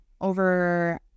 over